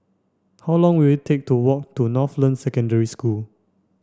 how long will it take to walk to Northland Secondary School